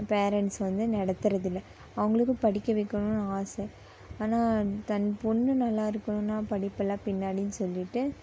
parents வந்து நடத்துகிறதுல்ல அவர்களுக்கும் படிக்க வைக்கணும்ன்னு ஆசை ஆனால் தன் பொண்ணு நல்லா இருக்குணுன்னால் படிப்பெல்லாம் பின்னாடின்னு சொல்லிவிட்டு